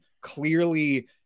clearly